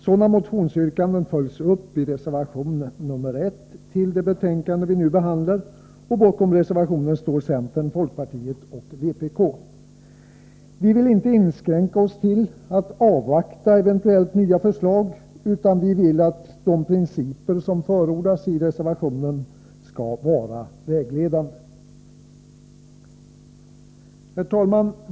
Sådana motionsyrkanden följs upp i reservation nr 1 till det betänkande vi nu behandlar, och bakom reservationen står centern, folkpartiet och vpk. Vi vill inte inskränka oss till att avvakta eventuella nya förslag utan vill att de principer som förordas i reservationen skall vara vägledande. Herr talman!